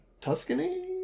Tuscany